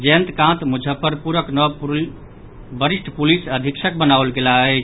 जयंतकांत मुजफ्फरपुरक नव वरिष्ठ पुलिस अधीक्षक बनाओल गेलाह अछि